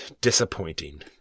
disappointing